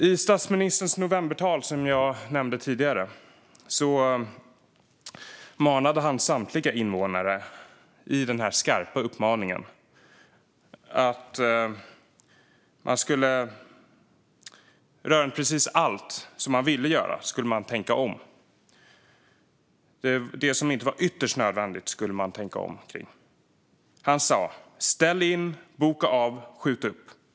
I statsministerns novembertal som jag nämnde tidigare, med den skarpa uppmaningen, manade han samtliga invånare att tänka om rörande precis allt man ville göra. Det som inte var ytterst nödvändigt skulle man tänka om kring. Han sa: Ställ in, boka av, skjut upp!